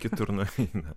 kitur nueina